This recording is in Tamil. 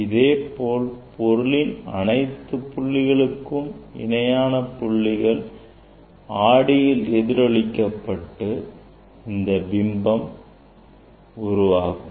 இதேபோல் பொருளின் அனைத்துப் புள்ளிகளுக்கும் இணையான புள்ளிகள் ஆடியில் எதிரொலிக்கப்பட்டு இந்த பிம்பம் உருவாகும்